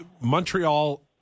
Montreal